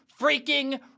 freaking